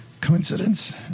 Coincidence